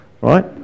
right